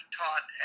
taught